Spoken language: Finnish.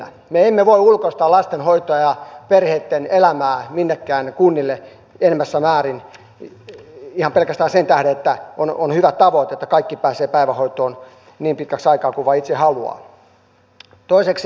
me emme voi ulkoistaa lasten hoitoa ja perheitten elämää minnekään kunnille enenevässä määrin ihan pelkästään sen tähden että on hyvä tavoite että kaikki pääsevät päivähoitoon niin pitkäksi aikaa kuin vain itse haluavat